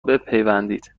بپیوندید